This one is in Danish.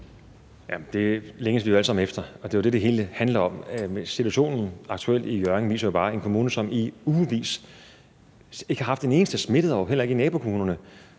det længes vi jo alle sammen efter, og det er jo det, det hele handler om. Situationen aktuelt i Hjørring viser jo bare en kommune, som i ugevis ikke har haft en eneste smittet, og det har man heller ikke i nabokommunerne,